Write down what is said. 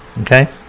Okay